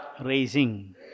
raising